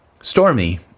stormy